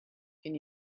can